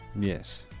Yes